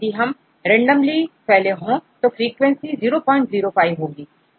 यदि यह रैंडमली फैले हो तो फ्रीक्वेंसी 005 होगी